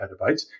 petabytes